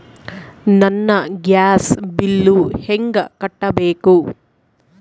ನನ್ನ gas bill ಹೆಂಗ ಕಟ್ಟಬೇಕು?